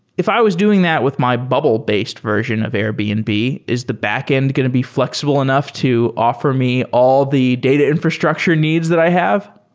if i was doing that with my bubble-based version of airbnb, is the backend going to be flexible enough to offer me all the data infrastructure needs that i have?